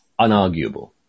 unarguable